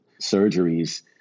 surgeries